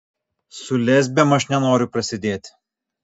su lesbėm aš nenoriu prasidėti